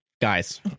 Guys